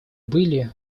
были